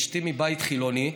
אשתי מבית חילוני.